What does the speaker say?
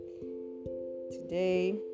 today